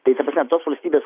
tai ta prasme tos valstybės